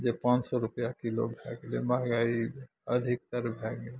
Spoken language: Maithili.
जे पाॅंच सए रुपैया किलो भए गेलैया महँगाइ अधिकतर भए गेलैया